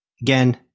Again